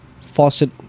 faucet